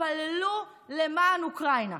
תתפללו למען אוקראינה,